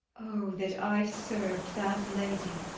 o that i serv'd that lady,